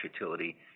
utility